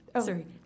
Sorry